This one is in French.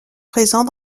présents